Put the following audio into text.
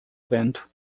vento